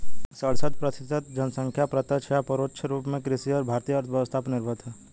सड़सठ प्रतिसत जनसंख्या प्रत्यक्ष या परोक्ष रूप में कृषि और भारतीय अर्थव्यवस्था पर निर्भर है